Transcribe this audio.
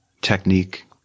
technique